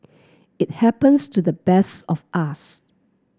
it happens to the best of us